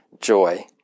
joy